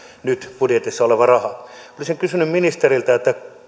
nyt budjetissa oleva raha olisin kysynyt ministeriltä